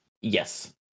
Yes